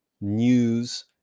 news